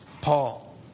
Paul